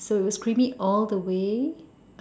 so it was creamy all the way